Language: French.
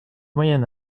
moyen